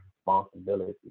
responsibility